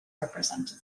represented